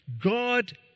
God